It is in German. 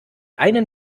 einen